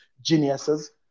geniuses